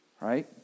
right